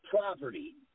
property